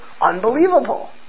unbelievable